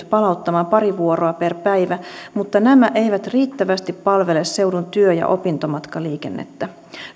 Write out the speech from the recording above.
palauttamaan pari vuoroa per päivä mutta nämä eivät riittävästi palvele seudun työ ja opintomatkaliikennettä